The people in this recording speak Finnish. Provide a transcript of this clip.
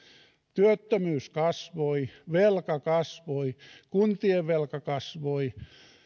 työttömyys kasvoi velka kasvoi kuntien velka kasvoi